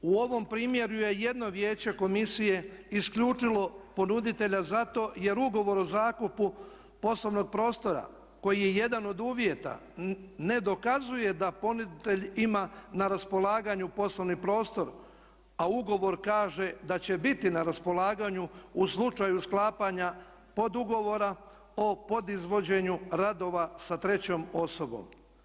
U ovom primjeru je jedno vijeće komisije isključilo ponuditelja zato jer ugovor o zakupu poslovnog prostora koji je jedan od uvjeta ne dokazuje da ponuditelj ima na raspolaganju poslovni prostor a ugovor kaže da će biti na raspolaganju u slučaju sklapanja podugovora o podizvođenju radova sa trećom osobom.